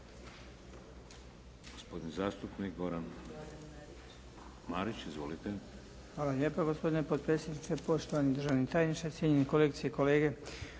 Hvala